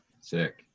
Sick